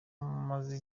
amaze